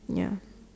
ya